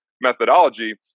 Methodology